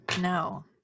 No